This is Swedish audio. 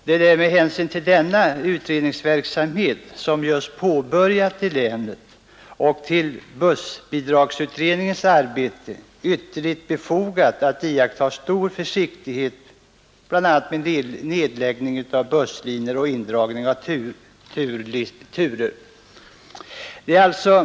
Det är med hänsyn till denna utredningsverksamhet som just påbörjats i länet och till bussbidragsutred ningens arbete ytterligt befogat att iakttaga stor försiktighet bl.a. med nedläggning av busslinjer och indragning av turer.